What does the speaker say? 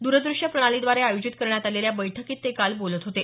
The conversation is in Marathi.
दुरदृष्यप्रणालीद्वारे आयोजित करण्यात आलेल्या बैठकीत ते काल बोलत होते